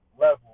level